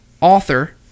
author